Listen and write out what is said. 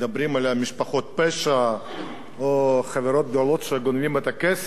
על משפחות הפשע או חברות גדולות שגונבות את הכסף.